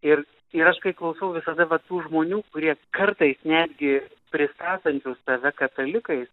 ir ir aš kai klausau visada va tų žmonių kurie kartais netgi pristatančių save katalikais